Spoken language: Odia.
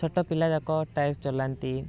ଛୋଟ ପିଲା ଯାକ ଟାୟାର ଚଲାନ୍ତି